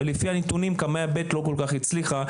לפי הנתונים קמ"ע ב' לא כל כך הצליחה,